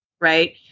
right